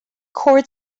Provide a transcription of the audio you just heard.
chord